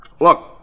look